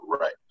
right